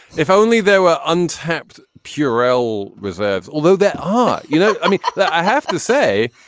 if only there were untapped pure oil reserves, although there are you know, i mean, i have to say,